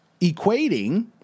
equating